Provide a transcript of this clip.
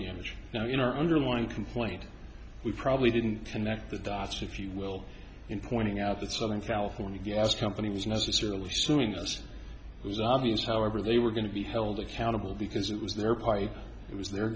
damage now in our underlying complaint we probably didn't connect the dots if you will in pointing out that southern california gas company was necessarily suing as was obvious however they were going to be held accountable because it was